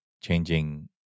changing